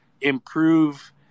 improve